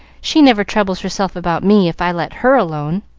she never troubles herself about me if i let her alone.